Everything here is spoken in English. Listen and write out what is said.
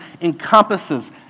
encompasses